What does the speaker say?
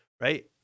right